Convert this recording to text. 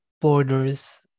borders